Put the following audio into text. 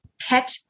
pet